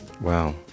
Wow